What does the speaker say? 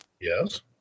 Yes